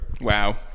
Wow